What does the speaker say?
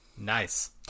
Nice